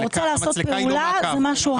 אתה רוצה לעשות פעולה זה משהו אחר.